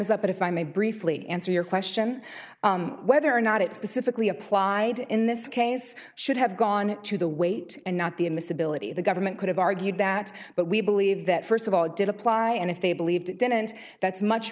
is up if i may briefly answer your question whether or not it specifically applied in this case should have gone to the weight and not the admissibility the government could have argued that but we believe that first of all it did apply and if they believed it didn't that's much